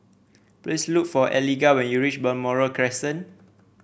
please look for Eligah when you reach Balmoral Crescent